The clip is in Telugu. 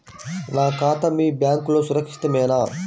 నా ఖాతా మీ బ్యాంక్లో సురక్షితమేనా?